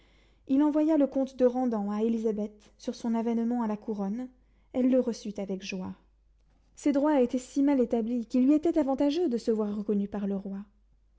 il envoya le comte de randan à élisabeth pour la complimenter sur son avènement à la couronne elle le reçut avec joie ses droits étaient si mal établis qu'il lui était avantageux de se voir reconnue par le roi